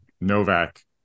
Novak